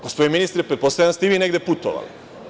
Gospodine ministre, pretpostavljam da ste i vi negde putovali.